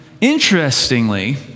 interestingly